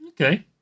Okay